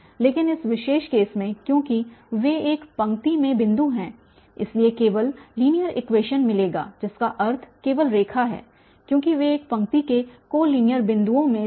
लेकिन इस विशेष केस में क्योंकि वे एक पंक्ति में बिंदु हैं इसलिए केवल लीनियर इक्वेशन्स मिलेगा जिसका अर्थ केवल रेखा है क्योंकि वे एक पंक्ति के को लीनियर बिंदुओं में थे